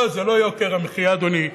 לא, זה לא יוקר המחיה, אדוני,